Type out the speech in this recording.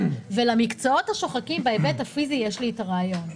למקצועות השוחקים בהיבט הפיזי יש לי רעיון.